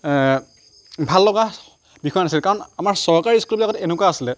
ভাল লগা বিষয় নাছিল কাৰণ আমাৰ চৰকাৰী ইস্কুলবিলাকত এনেকুৱা আছিলে